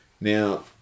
Now